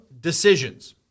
decisions